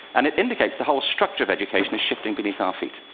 and it indicates the whole structure of education is shifting beneath our feet.